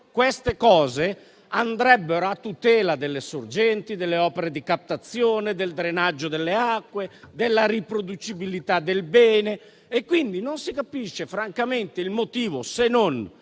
previsioni andrebbero a tutela delle sorgenti, delle opere di captazione, del drenaggio delle acque e della riproducibilità del bene. Francamente non si capisce il motivo, se non